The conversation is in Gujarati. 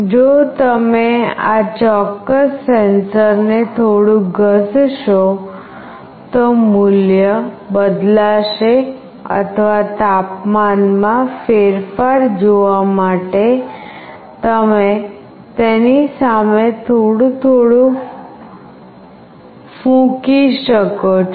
જો તમે આ ચોક્કસ સેન્સરને થોડું ઘસશો તો મૂલ્ય બદલાશે અથવા તાપમાનમાં ફેરફાર જોવા માટે તમે તેની સામે થોડું થોડું ફૂંકી શકો છો